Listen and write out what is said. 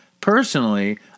Personally